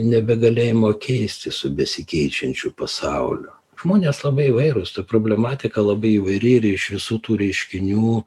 nebegalėjimo keistis su besikeičiančiu pasauliu žmonės labai įvairūs ta problematika labai įvairi ir iš visų tų reiškinių